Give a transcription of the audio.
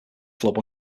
club